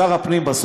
הפנים.